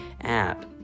app